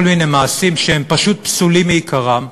מיני מעשים שהם פשוט פסולים מעיקרם,